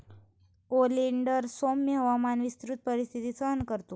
oleander सौम्य हवामानात विस्तृत परिस्थिती सहन करतो